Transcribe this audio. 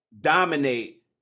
dominate